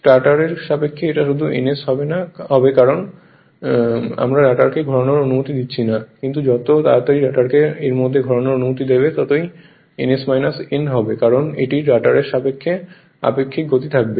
স্টেটরের সাপেক্ষে এটা শুধু ns হবে কারণ আমরা রটারকে ঘোরানোর অনুমতি দিচ্ছি না কিন্তু যত তাড়াতাড়ি রটারকে এর মধ্যে ঘোরার অনুমতি দেবে ততই ns n হবে কারণ এটির রটারের সাপেক্ষে আপেক্ষিক গতি থাকবে